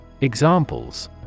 Examples